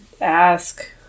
ask